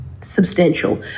substantial